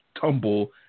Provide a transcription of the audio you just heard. tumble